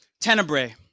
Tenebrae